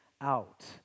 out